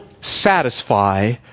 satisfy